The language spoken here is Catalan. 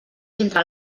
entre